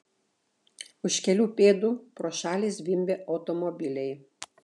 už kelių pėdų pro šalį zvimbė automobiliai